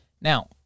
Now